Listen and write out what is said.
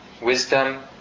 Wisdom